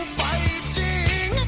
fighting